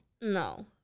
No